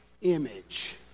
image